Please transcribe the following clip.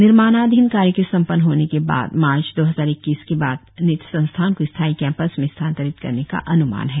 निर्माणाधिन कार्य के संपन्न होने के बाद मार्च दो हजार इक्कीस के बाद नीट संस्थान को स्थायी कैंपस में स्थानतरित करने का अनुमान है